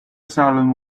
saloon